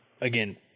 again